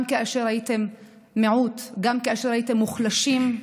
גם כאשר הייתם מיעוט, גם כאשר הייתם מוחלשים,